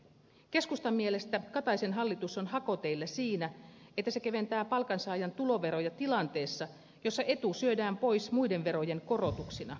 keskustan mielestä kataisen hallitus on hakoteillä siinä että se keventää palkansaajan tuloveroja tilanteessa jossa etu syödään pois muiden verojen korotuksina